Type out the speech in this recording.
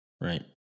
Right